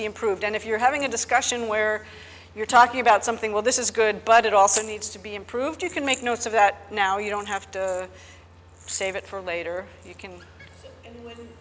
be improved and if you're having a discussion where you're talking about something well this is good but it also needs to be improved you can make notes of that now you don't have to save it for later you can